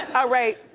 all right,